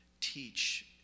teach